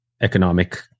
economic